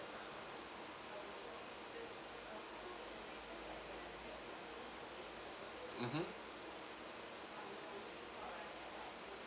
mmhmm